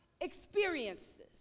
experiences